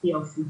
יופי.